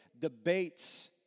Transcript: debates